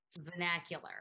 vernacular